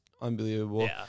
Unbelievable